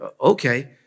Okay